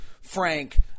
Frank